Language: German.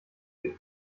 für